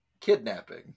Kidnapping